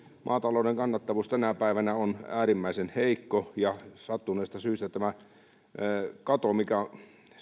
maatalouden kannattavuus tänä päivänä on äärimmäisen heikko sattuneesta syystä tämä kato mikä on